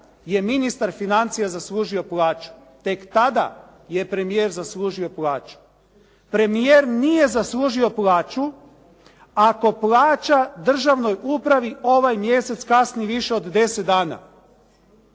je ministar financija zaslužio plaću, tek tada je premijer zaslužio plaću. Premijer nije zaslužio plaću ako plaća državnoj upravi ovaj mjesec kasni više od deset dana.